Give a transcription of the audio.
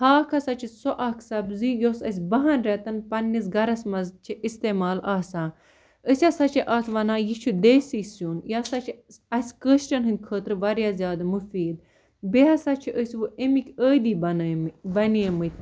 ہاکھ ہَسا چھِ سُہ اَکھ سبزی یُس اَسہِ بَہَن رٮ۪تَن پنٛنِس گَرَس منٛز چھِ استعمال آسان أسۍ ہَسا چھِ اَتھ وَنان یہِ چھُ دیسی سیُن یہِ ہَسا چھِ اَسہِ کٲشرٮ۪ن ہٕنٛدِ خٲطرٕ واریاہ زیادٕ مُفیٖد بیٚیہِ ہَسا چھِ أسۍ وٕ اَمِکۍ عٲدی بَنٲومٕتۍ بَنیٚیمٕتۍ